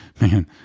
man